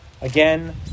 again